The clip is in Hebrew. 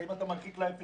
זה אם אתה מרחיק ל-0 7,